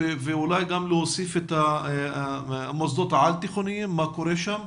ואולי גם להוסיף את מוסדות העל תיכוניים מה קורה שם,